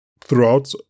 throughout